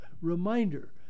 Reminder